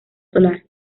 solar